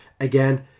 again